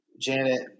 Janet